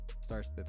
starts